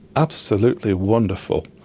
absolutely wonderful.